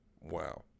Wow